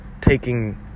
taking